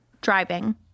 Driving